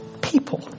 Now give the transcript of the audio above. people